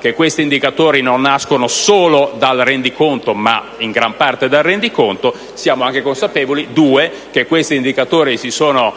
che questi indicatori non nascono solo dal rendiconto ma in gran parte da esso, ma siamo anche consapevoli che questi indicatori si sono